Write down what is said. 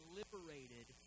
liberated